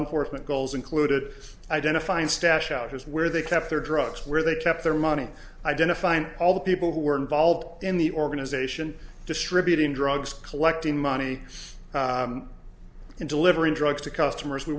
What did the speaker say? enforcement goals included identifying stash out here's where they kept their drugs where they kept their money identifying all the people who were involved in the organization distributing drugs collecting money into littering drugs to customers we